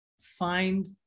find